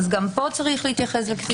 אז גם פה צריך להתייחס לקטינים.